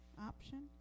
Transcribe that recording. option